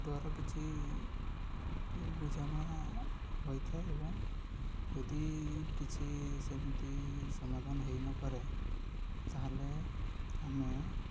ଦ୍ଵାରା କିଛି ବୁଝାମଣା ହୋଇଥାଏ ଏବଂ ଯଦି କିଛି ସେମିତି ସମାଧାନ ହୋଇନାରେ ତାହେଲେ ଆମେ